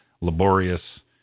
laborious